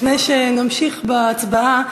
לפני שנמשיך בהצעה,